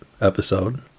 episode